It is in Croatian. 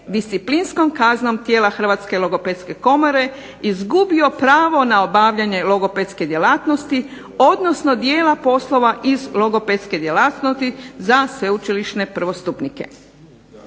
disciplinskom kaznom tijela Hrvatske logopedske komore izgubio pravo na obavljanje logopedske djelatnosti odnosno dijela poslova iz logopedske djelatnosti za sveučilišne prvostupnike.